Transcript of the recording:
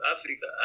Africa